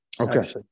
Okay